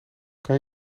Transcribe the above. kan